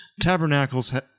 tabernacles